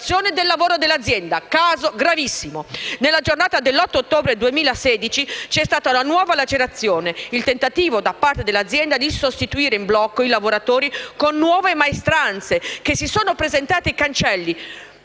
del lavoro in azienda. È un caso gravissimo. Nella giornata dell'8 ottobre 2016 c'è stata una nuova lacerazione: un tentativo da parte dell'azienda di sostituire in blocco i lavoratori con nuove maestranze, che si sono presentate ai cancelli,